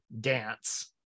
dance